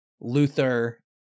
Luther